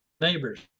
neighbors